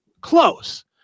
close